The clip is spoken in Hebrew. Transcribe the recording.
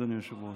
אדוני היושב-ראש,